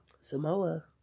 Samoa